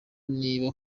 niba